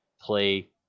play